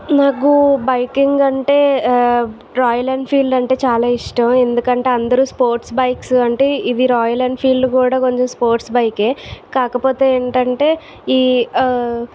నాకు బైకింగ్ అంటే Royal Enfield అంటే చాలా ఇష్టం ఎందుకంటే అందరు స్పోర్ట్స్ బైక్స్ అంటే ఇవి రాయల్ ఎన్ఫీల్డ్ కూడా కొన్ని స్పోర్ట్స్ బైక్ఏ కాకపోతే ఏంటంటే ఈ ఆ